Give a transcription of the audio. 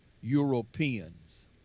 Europeans